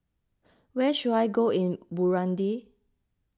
where should I go in Burundi